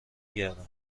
گردم